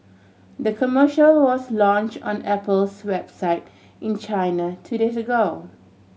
the commercial was launch on Apple's website in China two days ago